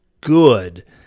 good